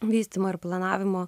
vystymo ir planavimo